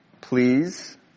please